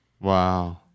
Wow